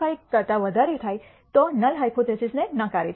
5 કરતા વધારે થાય છે તો નલ હાયપોથીસિસને નકારે છે